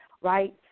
right